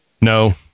No